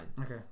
Okay